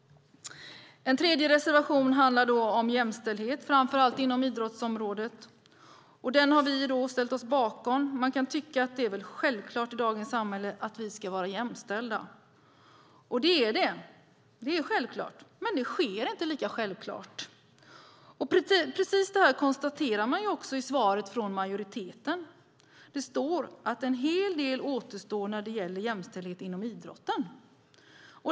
En tredje reservation handlar om jämställdhet, framför allt inom idrottsområdet, och den har vi ställt oss bakom. Man kan tycka att det är väl självklart i dagens samhälle att vi ska vara jämställda. Och det är självklart, men det sker inte lika självklart. Precis det här konstaterar man också i svaret från majoriteten. Det står att en hel del återstår när det gäller jämställdhet inom idrotten.